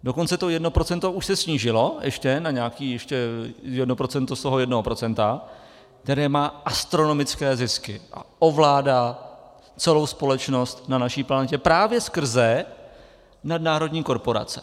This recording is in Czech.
Dokonce to jedno procento už se snížilo ještě na nějaké jedno procento z toho jednoho procenta, které má astronomické zisky a ovládá celou společnost na naší planetě právě skrze nadnárodní korporace.